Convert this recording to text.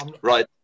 Right